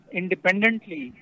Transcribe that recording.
independently